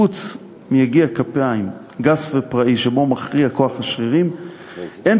חוץ מיגיע כפיים גס ופראי שבו מכריע כוח השרירים אין